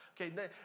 Okay